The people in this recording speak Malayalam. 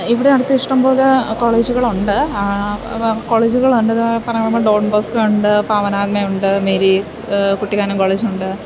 ഇവിടെ അടുത്ത് ഇഷ്ടംപോലെ കോളേജുകളുണ്ട് പറയുമ്പോള് ഡോൺ ബോസ്കോ ഉണ്ട് പവനാത്മ ഉണ്ട് മേരി കുട്ടിക്കാനം കോളേജുണ്ട്